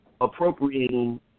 appropriating